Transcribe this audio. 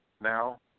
now